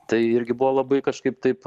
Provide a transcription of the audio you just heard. tai irgi buvo labai kažkaip taip